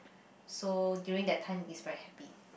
so during that time is very happy